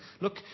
Look